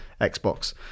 Xbox